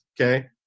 okay